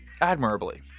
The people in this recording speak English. admirably